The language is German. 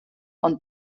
und